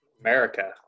America